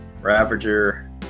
Ravager